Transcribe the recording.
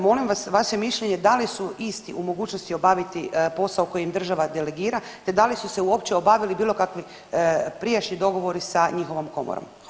Molim vas vaše mišljenje da li su isti u mogućnosti obaviti posao koji im država delegira te da li su se uopće obavili bilo kakvi prijašnji dogovori sa njihovom komorom?